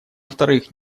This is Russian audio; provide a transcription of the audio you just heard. вторых